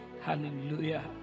hallelujah